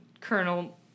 Colonel